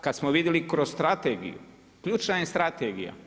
Kad smo vidjeli kroz strategiju, ključna je strategija.